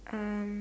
um